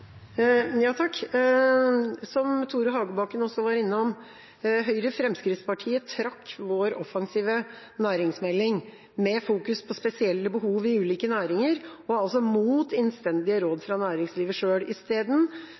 Som representanten Tore Hagebakken også var innom: Høyre–Fremskrittsparti-regjeringa trakk vår offensive næringsmelding med fokus på spesielle behov i ulike næringer, mot innstendige råd fra næringslivet